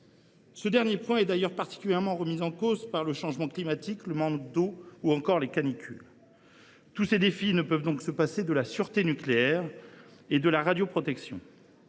Ce dernier point est d’ailleurs particulièrement remis en question par le changement climatique, le manque d’eau ou encore les canicules. Tous ces défis ne peuvent donc se passer de la sûreté nucléaire et de la radioprotection,